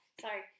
sorry